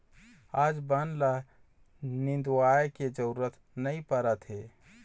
आज बन ल निंदवाए के जरूरत नइ परत हे